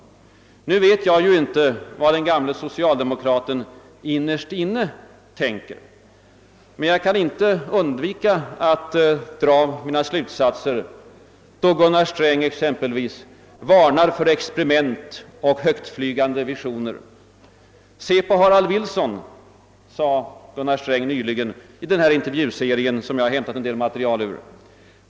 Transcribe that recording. Jag vet ju inte vad den gamle socialdemokraten innerst inne tänker, men jag kan inte undgå att dra vissa slutsatser då Gunnar Sträng exempelvis varnar för experiment och högtflygande visioner. »Se på Harold Wilson», sade han nyligen i den intervjuserie som jag hämtat en del material ur.